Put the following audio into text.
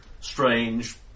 Strange